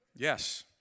Yes